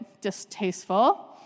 distasteful